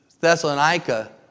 Thessalonica